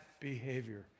behavior